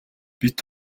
бид